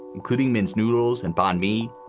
including men's noodles and bond me,